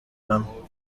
bamwe